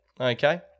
okay